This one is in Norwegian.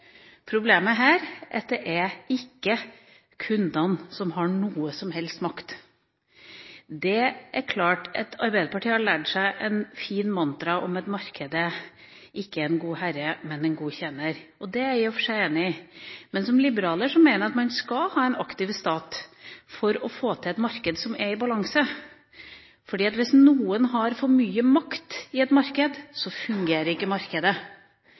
Problemet her er at kundene ikke har noen som helst makt. Det er klart at Arbeiderpartiet har lært seg et fint mantra om at markedet ikke er en god herre, men en god tjener. Det er jeg i og for seg enig i. Men som liberaler mener jeg at man skal ha en aktiv stat for å få til et marked som er i balanse. For hvis noen har for mye makt i et marked, så fungerer ikke markedet.